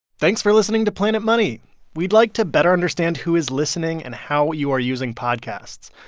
thanks for listening to planet money we'd like to better understand who is listening and how you are using podcasts.